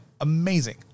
amazing